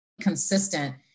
consistent